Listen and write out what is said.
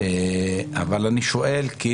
אבל אני שואל כי